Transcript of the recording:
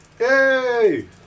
Yay